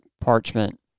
parchment